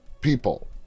people